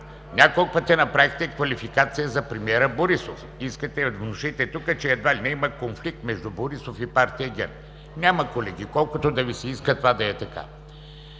Няколко пъти направихте квалификация за премиера Борисов. Искате да внушите тук, че едва ли не има конфликт между Борисов и партия ГЕРБ. Няма, колеги, колкото и да Ви се иска това да е така!